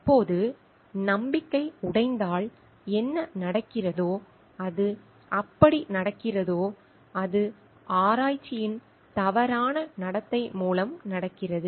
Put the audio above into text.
இப்போது நம்பிக்கை உடைந்தால் என்ன நடக்கிறதோ அது எப்படி நடக்கிறதோ அது ஆராய்ச்சியின் தவறான நடத்தை மூலம் நடக்கிறது